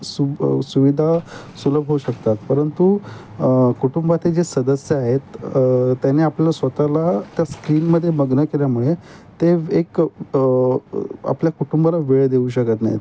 सु सुविधा सुलभ होऊ शकतात परंतु कुटुंबातील जे सदस्य आहेत त्याने आपल्याला स्वत ला त्या स्क्रीनमधे मग्न केल्यामुळे ते एक आपल्या कुटुंबाला वेळ देऊ शकत नाहीत